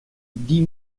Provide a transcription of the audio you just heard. dis